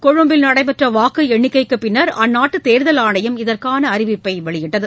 கொழும்பில் நடைபெற்ற வாக்கு எண்ணிக்கைக்கு பின்னர் அந்நாட்டு தேர்தல் ஆணையம் இதற்கான அறிவிப்பை வெளியிட்டது